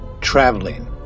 traveling